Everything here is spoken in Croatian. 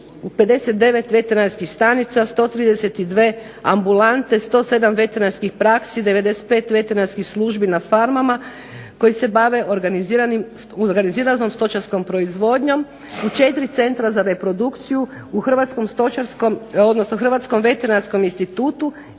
59 veterinarskih stanica, 132 ambulante, 107 veterinarskih praksi, 95 veterinarskih službi na farmama koji se bave organiziranom stočarskom proizvodnjom u 4 centra za reprodukciju u Hrvatskom veterinarskom institutu